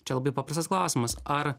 čia labai paprastas klausimas ar